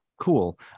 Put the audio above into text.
cool